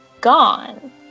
gone